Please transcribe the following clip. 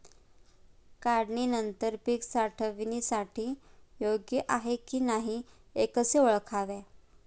काढणी नंतर पीक साठवणीसाठी योग्य आहे की नाही कसे ओळखावे?